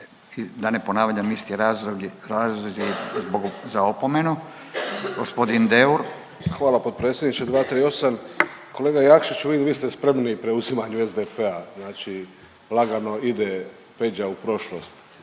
Da ne ponavljam isti razlog za opomenu. Gospodin Deur. **Deur, Ante (HDZ)** Hvala potpredsjedniče. 238. kolega Jakšić vi, vi ste spremni preuzimanju SDP-a. Znači lagano ide Peđa u prošlost